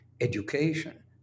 education